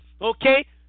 Okay